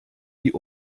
die